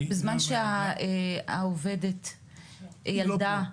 בזמן שהעובדת ילדה,